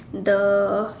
the